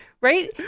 right